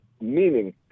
meaning